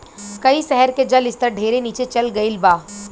कई शहर के जल स्तर ढेरे नीचे चल गईल बा